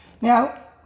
Now